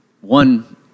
one